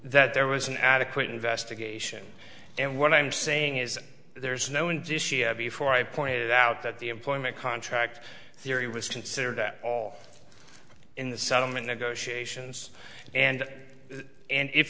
that there was an adequate investigation and what i'm saying is there's no and before i pointed out that the employment contract theory was considered at all in the settlement negotiations and and if